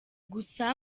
gusa